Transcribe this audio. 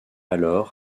alors